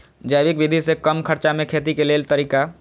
जैविक विधि से कम खर्चा में खेती के लेल तरीका?